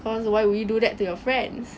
cause why would you do that to your friends